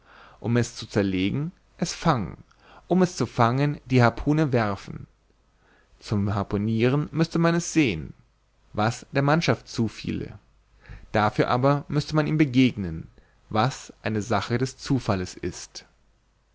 um es zu zerlegen es fangen um es zu fangen die harpune werfen zum harpunieren müßte man es sehen was der mannschaft zufiele dafür aber müßte man ihm begegnen was eine sache des zufalles ist